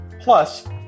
Plus